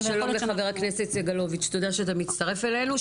שלום לחבר הכנסת סגלוביץ', תודה שאתה מצטרף אלינו.